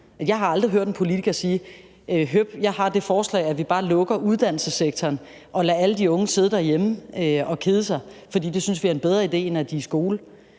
jeg har det forslag, at vi bare lukker uddannelsessektoren og lader alle de unge sidde derhjemme og kede sig, for det synes vi er en bedre idé, end at de er i skole.